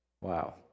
wow